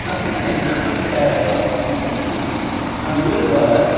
but this is an example which i have brought you can see now us dollar,